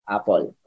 Apple